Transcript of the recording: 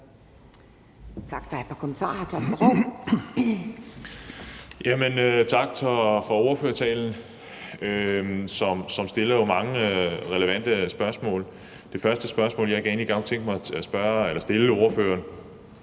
Tak for ordførertalen, som jo rejser mange relevante spørgsmål. Det første spørgsmål, jeg godt kunne tænke mig at stille ordføreren,